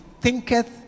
thinketh